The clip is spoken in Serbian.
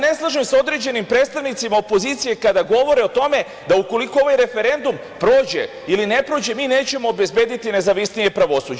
Ne slažem se sa određenim predstavnicima opozicije kada govore o tome da ukoliko ovaj referendum prođe ili ne prođe mi nećemo obezbediti nezavisnije pravosuđe.